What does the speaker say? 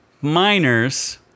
Miners